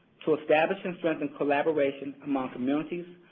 to establish and strengthen collaboration among communities,